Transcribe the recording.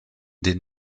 den